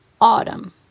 Autumn